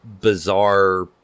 bizarre